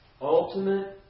Ultimate